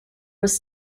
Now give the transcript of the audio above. was